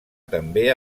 també